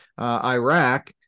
Iraq